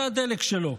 זה הדלק שלו.